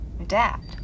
Adapt